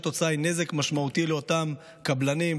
והתוצאה היא נזק משמעותי לאותם קבלנים,